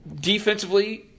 Defensively